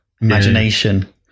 imagination